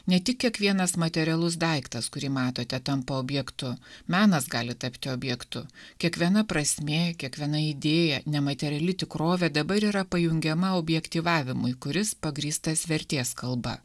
ne tik kiekvienas materialus daiktas kurį matote tampa objektu menas gali tapti objektu kiekviena prasmė kiekviena idėja nemateriali tikrovė dabar yra pajungiama objektyvumui kuris pagrįstas vertės kalba